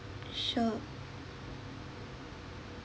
sure